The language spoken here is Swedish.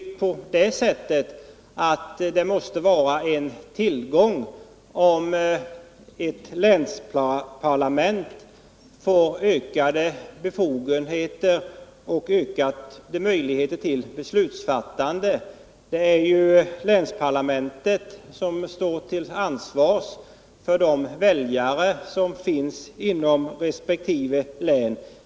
Det är otvetydigt en tillgång om ett länsparlament får ökade befogenheter och ökade möjligheter till beslutsfattande. Det är ju länsparlamentet som står till svars inför väljarna inom resp. län.